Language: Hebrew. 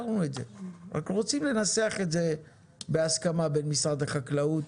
רק רוצים לנסח את זה בהסכמה בין משרד החקלאות,